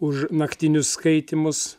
už naktinius skaitymus